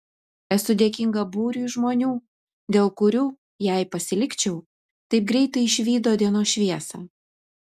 esu dėkinga būriui žmonių dėl kurių jei pasilikčiau taip greitai išvydo dienos šviesą